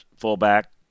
fullback